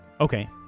Okay